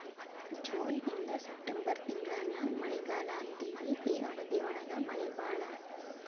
June ಇಂದ September ತಿಂಗಳಾನ ಮಳಿಗಾಲಾ ಅಂತೆವಿ ಈ ಅವಧಿ ಒಳಗ ಮಳಿ ಬಾಳ